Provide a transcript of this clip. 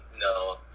no